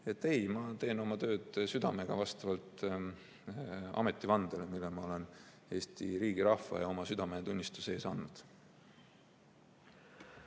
Ma teen oma tööd südamega vastavalt ametivandele, mille ma olen Eesti riigi, rahva ja oma südametunnistuse ees andnud.